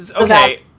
okay